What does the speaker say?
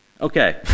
Okay